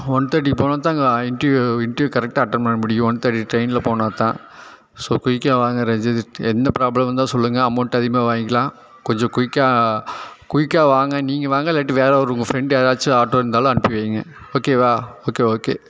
one தேர்ட்டிக்கு போனால் தான் அங்கே நான் இண்ட்ரியூ இண்ட்ரியூ கரெக்டாக அட்டன் பண்ண முடியும் ஒன் தேர்ட்டி ட்ரெயினில் போனால் தான் ஸோ குயிக்காக வாங்க ரஞ்சித் என்ன ப்ராப்ளமாக இருந்தால் சொல்லுங்கள் அமவுண்ட் அதிகமாக வாங்கிக்கலாம் கொஞ்சம் குயிக்காக குயிக்காக வாங்க நீங்கள் வாங்க இல்லாட்டி வேற யாரும் உங்கள் ஃப்ரெண்டை யாரையாச்சும் ஆட்டோ இருந்தாலும் அனுப்பி வையுங்க ஓகேவா ஓகே ஓகே